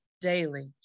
daily